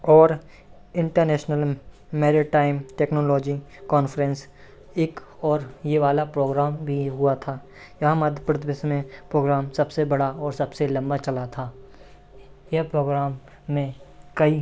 और international maritime technology conference एक और यह वाला प्रोग्राम भी हुआ था यहाँ मध्य प्रदेश में प्रोग्राम सबसे बड़ा और सबसे लम्बा चला था इस प्रोग्राम में कई